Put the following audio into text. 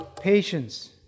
patience